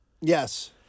Yes